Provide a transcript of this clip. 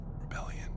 rebellion